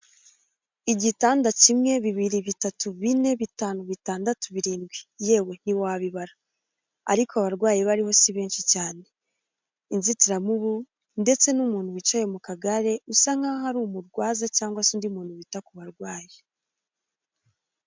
Igitanda kimwe, bibiri, bitatu, bine, bitanu, bitandatu, birindwi, yewe ntiwabibara. Ariko abarwayi bariho si benshi cyane. Inzitiramubu ndetse n'umuntu wicaye mu kagare, usa nk'aho ari umurwaza cyangwa se undi muntu wita ku barwayi.